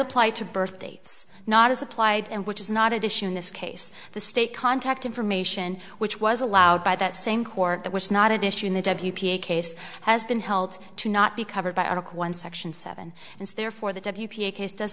applied to birthdates not as applied and which is not at issue in this case the state contact information which was allowed by that same court that was not at issue in the case has been held to not be covered by article one section seven and therefore the w p a case does